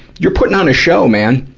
you're putting on a show, man.